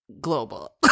global